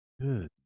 good